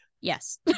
yes